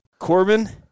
Corbin